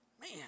Man